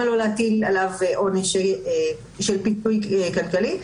לא להטיל עליו עונש של פיצוי כלכלי.